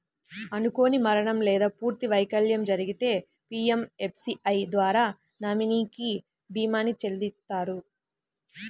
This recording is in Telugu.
అనుకోని మరణం లేదా పూర్తి వైకల్యం జరిగితే పీయంఎస్బీఐ ద్వారా నామినీకి భీమాని చెల్లిత్తారు